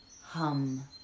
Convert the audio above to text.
Hum